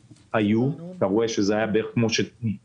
היו אתה רואה שזה היה בערך כפי שאמרת,